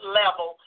level